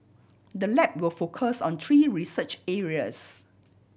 the lab will focus on three research areas